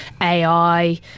AI